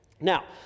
Now